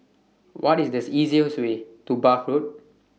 What IS These easiest Way to Bath Road